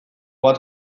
bat